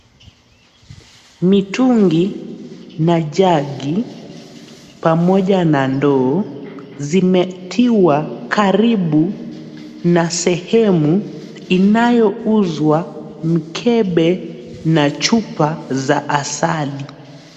Mitungi na jagi pamoja na ndoo zimetiwa karibu na sehemu inayouzwa mkebe na chupa za asali.